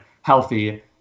healthy